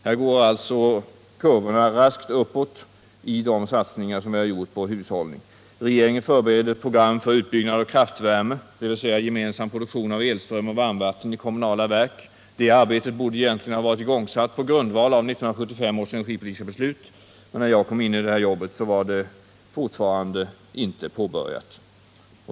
Här går alltså kurvorna raskt uppåt i de satsningar som vi har gjort på hushållning med främst olja. Regeringen förbereder ett program för utbyggnad av kraftvärme, dvs. gemensam produktion av elström och varmvatten i kommunala verk. Det arbetet borde egentligen ha varit igångsatt på grundval av 1975 års energipolitiska beslut, men när jag kom in i det här jobbet var det fortfarande inte påbörjat.